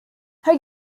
her